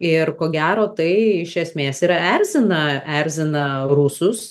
ir ko gero tai iš esmės ir erzina erzina rusus